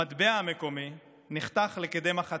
המטבע המקומי נחתך לכדי מחצית,